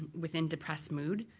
within depressed mood.